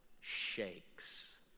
shakes